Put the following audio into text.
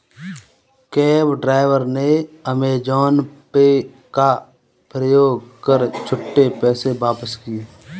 cab driver ने Amazon Pay का प्रयोग कर छुट्टे पैसे वापस किए